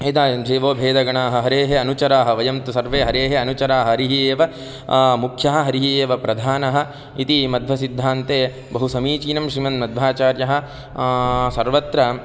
एतान् जीवो भेदगणाः हरेः अनुचराः वयं तु सर्वे हरेः अनुचराः हरिः एव मुख्यः हरिः एव प्रधानः इति मध्वसिद्धान्ते बहु समीचीनं श्रीमान् मध्वाचार्यः सर्वत्र